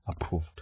approved